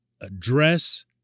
address